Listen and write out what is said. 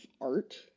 art